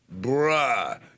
Bruh